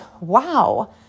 wow